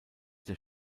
der